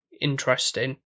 interesting